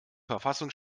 verfassung